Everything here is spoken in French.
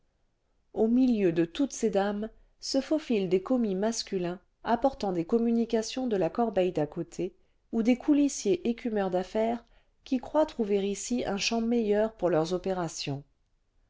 au milieu de toutes ces daines se faufilent des commis masculins apportant des communications de la corbeille d'à côté ou des coulissiers écumeurs d'affaires qui croient trouver ici un champ meilleur pour leurs opérations